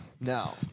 No